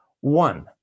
One